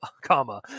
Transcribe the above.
comma